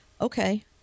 Okay